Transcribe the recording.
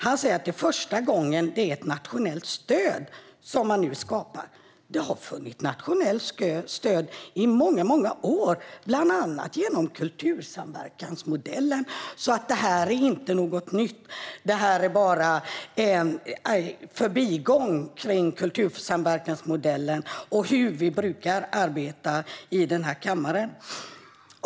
Han säger att det är första gången man skapar ett nationellt stöd, men det har funnits ett nationellt stöd i många år - bland annat genom kultursamverkansmodellen. Detta är alltså inget nytt utan bara ett kringgående av kultursamverkansmodellen och hur vi brukar arbeta i den här kammaren.